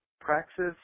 Praxis